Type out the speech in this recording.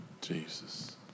Jesus